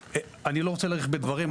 אני לא רוצה להאריך בדברים,